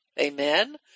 Amen